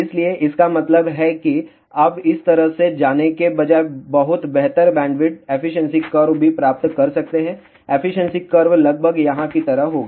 इसलिए इसका मतलब है कि आप इस तरह से जाने के बजाय बहुत बेहतर बैंडविड्थ एफिशिएंसी कर्व भी प्राप्त कर सकते हैं एफिशिएंसी कर्व लगभग यहां की तरह होगा